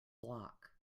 block